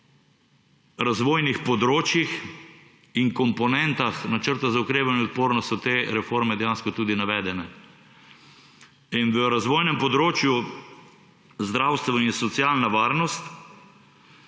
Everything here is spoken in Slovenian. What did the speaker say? v razvojnih področjih in komponentah Načrta za okrevanje in odpornost so te reforme dejansko tudi navedene v razvojnem področju Zdravstvo in socialna varnost,